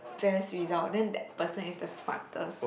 best result then that person is the smartest